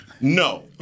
No